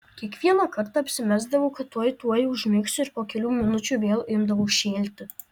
kiekvieną kartą apsimesdavau kad tuoj tuoj užmigsiu ir po kelių minučių vėl imdavau šėlti